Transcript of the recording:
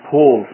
Paul